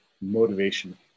motivation